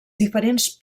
diferents